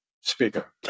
speaker